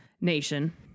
Nation